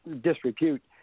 disrepute